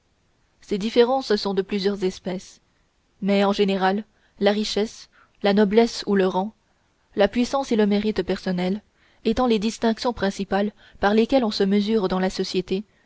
ces différences sont de plusieurs espèces mais en général la richesse la noblesse ou le rang la puissance et le mérite personnel étant les distinctions principales par lesquelles on se mesure dans la société